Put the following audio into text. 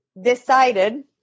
decided